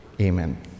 Amen